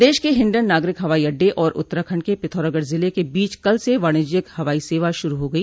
प्रदेश के हिंडन नागरिक हवाई अड्डे और उत्तराखंड के पिथौरागढ जिले के बीच कल से वाणिज्यिक हवाई सेवा शुरू हो गई